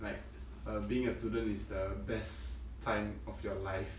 like uh being a student is the best time of your life